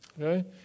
okay